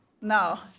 now